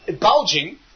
bulging